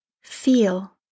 feel